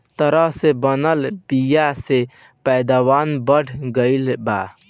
तरह से बनल बीया से पैदावार बढ़ गईल बा